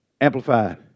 Amplified